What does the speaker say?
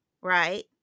right